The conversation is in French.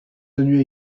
tenues